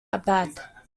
abad